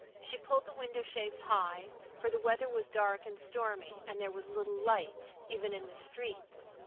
she pulled the window shades high, for the weather was dark and stormy, and there was little light, even in the streets.